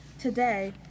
Today